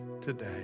today